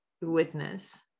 witness